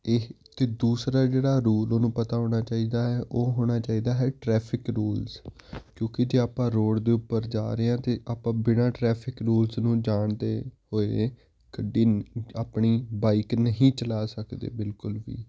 ਇਹ ਅਤੇ ਦੂਸਰਾ ਜਿਹੜਾ ਰੂਲ ਉਹਨੂੰ ਪਤਾ ਹੋਣਾ ਚਾਹੀਦਾ ਹੈ ਉਹ ਹੋਣਾ ਚਾਹੀਦਾ ਹੈ ਟਰੈਫਿਕ ਰੂਲਸ ਕਿਉਂਕਿ ਰੋਡ ਦੇ ਉੱਪਰ ਜਾ ਰਹੇ ਹਾਂ ਤਾਂ ਆਪਾਂ ਬਿਨਾਂ ਟਰੈਫਿਕ ਰੂਲਸ ਨੂੰ ਜਾਣਦੇ ਹੋਏ ਗੱਡੀ ਆਪਣੀ ਬਾਈਕ ਨਹੀਂ ਚਲਾ ਸਕਦੇ ਬਿਲਕੁਲ ਵੀ